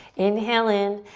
inhale in.